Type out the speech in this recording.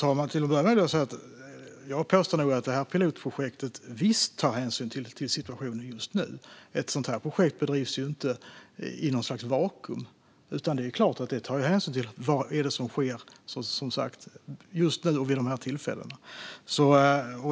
Fru talman! Jag påstår nog att pilotprojektet visst tar hänsyn till situationen just nu. Ett sådant här projekt bedrivs ju inte i ett vakuum utan tar såklart hänsyn till vad som sker här och nu.